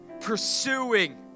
pursuing